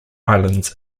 islands